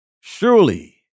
Surely